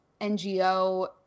NGO